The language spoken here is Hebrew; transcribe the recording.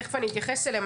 תכף אני אתייחס אליהם.